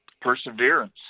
perseverance